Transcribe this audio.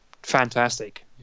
fantastic